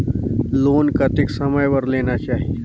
Loan कतेक समय बर लेना चाही?